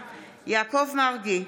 יעקב מרגי,